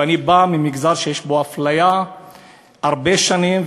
ואני בא ממגזר שיש בו אפליה הרבה שנים,